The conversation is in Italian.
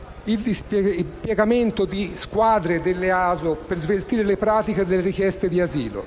asylum support office (EASO) per sveltire le pratiche delle richieste di asilo,